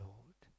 Lord